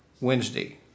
Wednesday